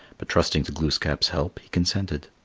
but trusting to glooskap's help, he consented.